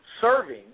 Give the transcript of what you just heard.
serving